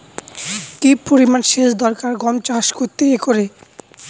কি পরিমান সেচ দরকার গম চাষ করতে একরে?